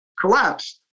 collapsed